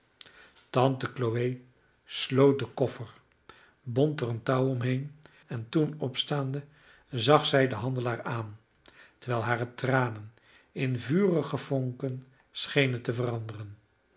tante chloe sloot den koffer bond er een touw omheen en toen opstaande zag zij den handelaar aan terwijl hare tranen in vurige vonken schenen te veranderen